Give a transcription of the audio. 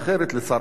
תודה רבה, אדוני.